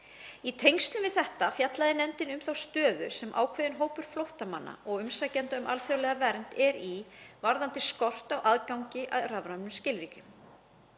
Í tengslum við þetta fjallaði nefndin um þá stöðu sem ákveðinn hópur flóttamanna og umsækjenda um alþjóðlega vernd er í varðandi skort á aðgengi að rafrænum skilríkjum.